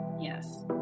yes